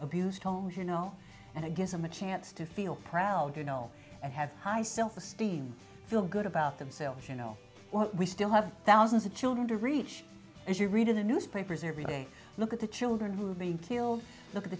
abusive homes you know and i give them a chance to feel proud you know and have high self esteem feel good about themselves you know we still have thousands of children to reach as you read in the newspapers every day look at the children who've been killed look at the